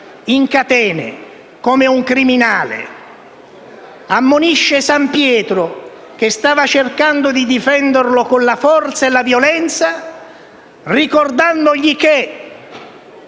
in catene, come un criminale: ammonisce San Pietro, che stava cercando di difenderlo con la forza e la violenza, ricordandogli che